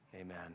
Amen